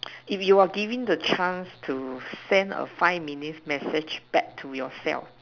if you are giving the chance to send a five minute message back to yourself